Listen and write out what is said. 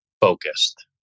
focused